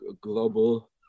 global